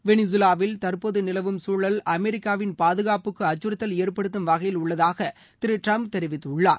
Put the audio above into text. வெனிசுலாவில் தற்போது நிலவும் குழல் அமெரிக்காவின் பாதுகாப்புக்கு அச்சுறத்தல் ஏற்படுத்தும் வகையில் உள்ளதாக திரு டிரம்ப் தெரிவித்துள்ளார்